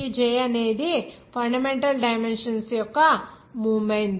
J అనేది fundamental dimensions యొక్క number